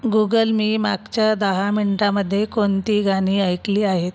Google मी मागच्या दहा मिनटांमध्ये कोणती गाणी ऐकली आहेत